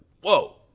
whoa